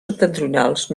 septentrionals